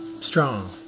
strong